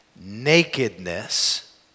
nakedness